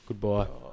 Goodbye